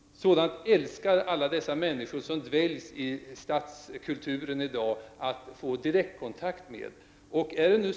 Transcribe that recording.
Sådant älskar alla de människor som i dag dväljs i stadskulturen att få direktkontakt med.